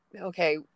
okay